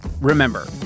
Remember